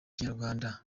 kinyarwanda